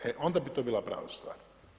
E onda bi to bila prava stvar.